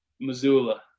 Missoula